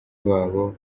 babo